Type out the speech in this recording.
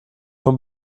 von